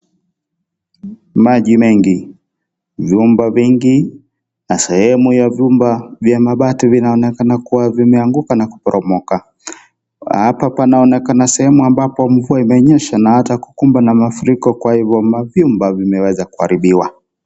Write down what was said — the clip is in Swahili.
Maji mengi, nyumba vingi na sehemu ya vyumba vya mabati inaonekana kuwa vimeanguka na kuporomoka. Hapa panaonekana sehemu ambapo mfua imenyesha na hata kukumba na mafuriko kwa hio manyumba vimeweza kuharibiwa.